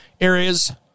areas